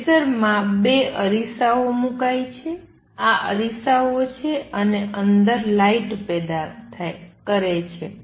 લેસરમાં બે અરીસાઓ મૂકાય છે આ અરીસાઓ છે અને અંદર લાઇટ પેદા કરે છે